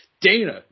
Dana